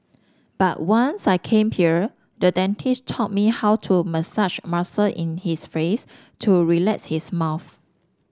but once I came here the dentist taught me how to massage muscle in his face to relax his mouth